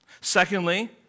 Secondly